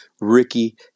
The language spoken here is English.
Ricky